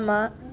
ஆமா